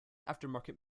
aftermarket